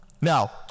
now